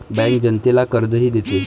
bank जनतेला कर्जही देते